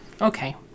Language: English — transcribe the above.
Okay